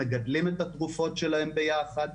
מגדלים את התרופות שלהם ביחד.